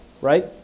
Right